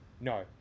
no